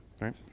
right